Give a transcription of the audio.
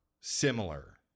similar